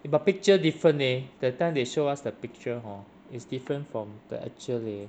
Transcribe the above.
eh but picture different leh that time they show us the picture hor it's different from the actual leh